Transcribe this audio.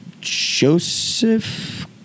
Joseph